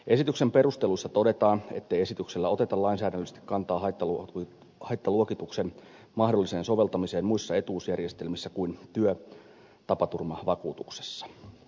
esityksen perusteluissa todetaan ettei esityksellä oteta lainsäädännöllisesti kantaa haittaluokituksen mahdolliseen soveltamiseen muissa etuusjärjestelmissä kuin työtapaturmavakuutuksessa